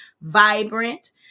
vibrant